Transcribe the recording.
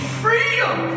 freedom